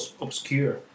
obscure